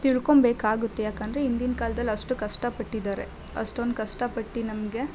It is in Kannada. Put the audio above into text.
ತಿಳ್ಕೊಂಬೇಕಾಗುತ್ತೆ ಯಾಕಂದರೆ ಹಿಂದಿನ ಕಾಲ್ದಲ್ಲಿ ಅಷ್ಟು ಕಷ್ಟಪಟ್ಟಿದಾರೆ ಅಷ್ಟೊಂದ್ ಕಷ್ಟಪಟ್ಟು ನಮಗೆ